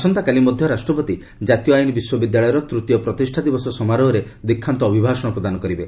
ଆସନ୍ତାକାଲି ମଧ୍ୟ ରାଷ୍ଟ୍ରପତି ଜାତୀୟ ଆଇନ ବିଶ୍ୱବିଦ୍ୟାଳୟର ତୂତୀୟ ପ୍ରତିଷ୍ଠା ଦିବସ ସମାରୋହରେ ଦୀକ୍ଷାନ୍ତ ଅଭିଭାଷଣ ପ୍ରଦାନ କରିବେ